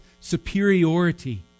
superiority